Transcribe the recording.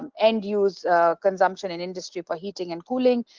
and end use consumption in industry for heating and cooling,